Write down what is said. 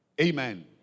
Amen